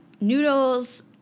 noodles